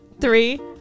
three